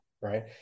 right